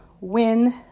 win